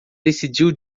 decidiu